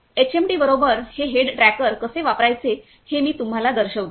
HMD बरोबर हे head tracker कसे वापरायचे ते मी तुम्हाला दर्शवतो